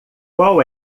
qual